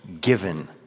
given